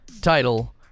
title